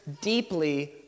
deeply